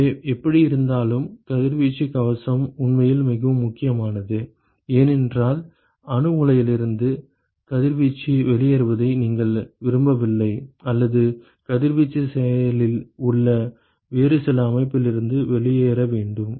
எனவே எப்படியிருந்தாலும் கதிர்வீச்சு கவசம் உண்மையில் மிகவும் முக்கியமானது ஏனென்றால் அணு உலையிலிருந்து கதிர்வீச்சு வெளியேறுவதை நீங்கள் விரும்பவில்லை அல்லது கதிர்வீச்சு செயலில் உள்ள வேறு சில அமைப்பிலிருந்து வெளியேற வேண்டும்